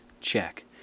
Check